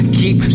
keep